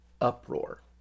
uproar